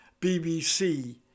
BBC